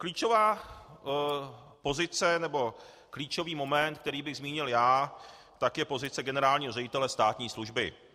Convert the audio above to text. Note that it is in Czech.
Klíčová pozice, nebo klíčový moment, který bych zmínil já, tak je pozice generálního ředitele státní služby.